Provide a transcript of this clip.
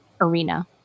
arena